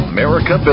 America